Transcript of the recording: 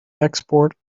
export